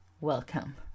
welcome